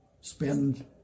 spend